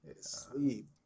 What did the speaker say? sleep